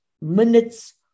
minutes